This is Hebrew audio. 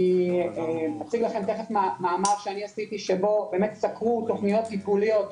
אני אציג לכם תיכף מאמר שאני כתבתי שבאמת סקרו תכניות טיפוליות,